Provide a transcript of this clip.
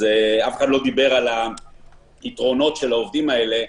אף אחד לא דיבר על היתרונות של העובדים האלה,